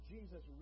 Jesus